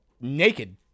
naked